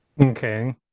Okay